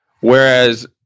whereas